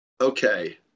Okay